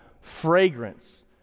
fragrance